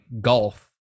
golf